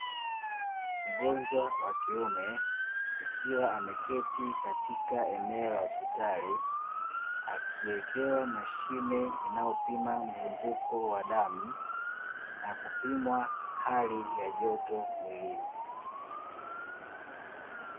mgonjwa wa kiume akiwa ameketi katika eneo la hospitali, akiwekewa mashine inayopima mzunguko wa damu, na kupimwa hali ya joto mwilini.